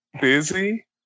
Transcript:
busy